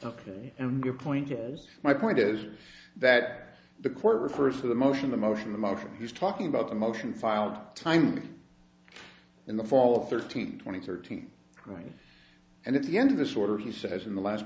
ok and your point goes my point is that the court refers to the motion the motion the market is talking about a motion filed time in the fall of thirteen twenty thirteen right and at the end of this order he says in the last